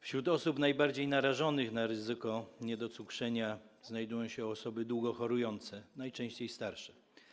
Wśród osób najbardziej narażonych na ryzyko niedocukrzenia znajdują się osoby długo chorujące, najczęściej starsze.